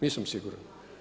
Nisam siguran.